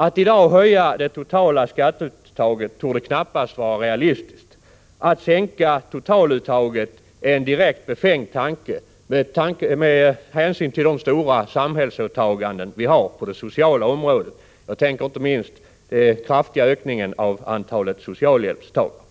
Att i dag höja det totala skatteuttaget torde knappast vara realistiskt, att sänka totaluttaget är en direkt befängd tanke, med hänsyn till de stora samhällsåtagandena på det sociala området — inte minst den kraftiga ökningen av antalet socialhjälpstagare.